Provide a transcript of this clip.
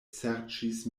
serĉis